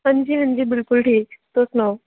हां जी हां जी बिल्कुल ठीक तुस सनाओ